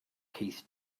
keith